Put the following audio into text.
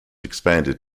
expanded